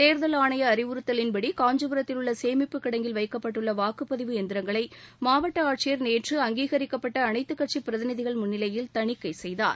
தேர்தல் ஆணைய அறிவுறுத்தலின்படி காஞ்சிபுரத்தில் உள்ள சேமிப்புக் கிடங்கில் வைக்கப்பட்டுள்ள வாக்குப் பதிவு எந்திரங்களை மாவட்ட ஆட்சியர் நேற்று அங்கீகரிக்கப்பட்ட அனைத்துக் கட்சி பிரதிநிதிகள் முன்னிலையில் தணிக்கை செய்தார்